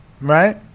right